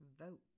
Vote